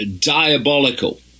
diabolical